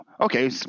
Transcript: okay